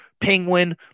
Penguin